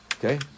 Okay